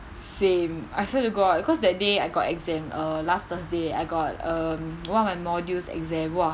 same I swear to god because that day I got exam err last thursday I got um one of my modules exam !wah!